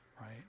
Right